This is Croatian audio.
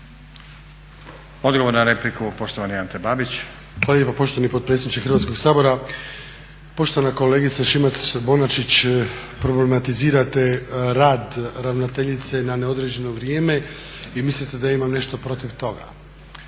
Odgovor na repliku, poštovani Ante Babić. **Babić, Ante (HDZ)** Hvala lijepo poštovani potpredsjedniče Hrvatskog sabora. Poštovana kolegice Šimac-Bonačić problematizirate rad ravnateljice na neodređeno vrijeme i mislite da ja imam nešto protiv toga.